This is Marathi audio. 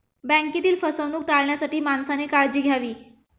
बँकेतील फसवणूक टाळण्यासाठी माणसाने काळजी घ्यावी